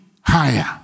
higher